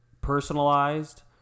personalized